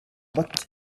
but